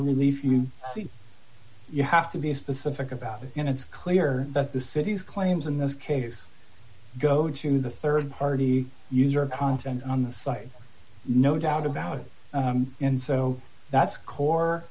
relief you see you have to be specific about it and it's clear that the city's claims in this case go to the rd party user content on the side no doubt about it and so that's core